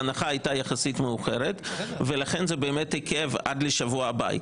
ההנחה הייתה יחסית מאוחרת ולכן זה באמת עיכב עד לשבוע הבא.